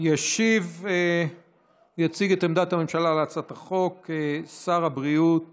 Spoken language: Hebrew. יציג את עמדת הממשלה על הצעת החוק שר הבריאות